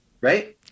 right